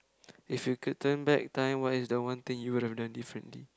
if you could turn back time what is the one thing you would have done differently